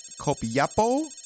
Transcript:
Copiapo